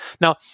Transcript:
Now